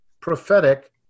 prophetic